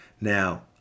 Now